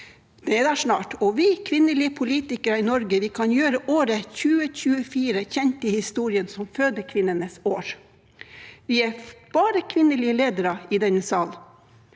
nærmer seg, og vi, kvinnelige politikere i Norge, kan gjøre året 2024 kjent i historien som «fødekvinnenes år». Vi er bare kvinnelige ledere i denne salen.